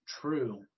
True